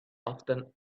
often